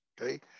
okay